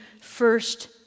first